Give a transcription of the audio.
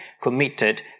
committed